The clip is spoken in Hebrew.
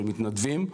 של מתנדבים.